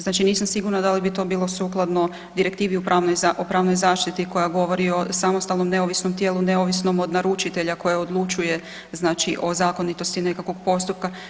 Znači nisam sigurna da li bi to bilo sukladno direktivi o pravnoj zaštiti koja govori o samostalnom neovisnom tijelu, neovisnom od naručitelja koja odlučuje znači o zakonitosti nekog postupka.